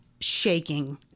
shaking